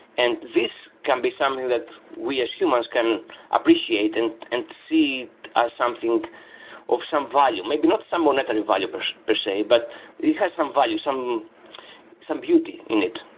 and this can be something that we as humans can appreciate and and see as something of some value. maybe not some monetary value per per se, but it has some value, some some beauty in it,